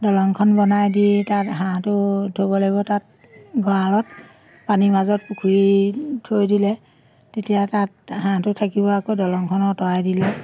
দলংখন বনাই দি তাত হাঁহটো থ'ব লাগিব তাত গঁৰালত পানীৰ মাজত পুখুৰীত থৈ দিলে তেতিয়া তাত হাঁহটো থাকিব আকৌ দলংখন আঁতৰাই দিলে